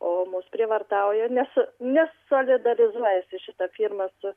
o mus prievartauja nes nes solidarizuojasi šita firma su